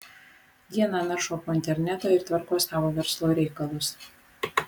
dieną naršo po internetą ir tvarko savo verslo reikalus